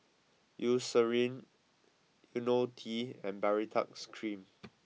Eucerin Ionil T and Baritex Cream